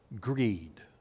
greed